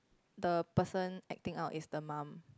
the person acting out is the mom